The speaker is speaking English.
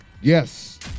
Yes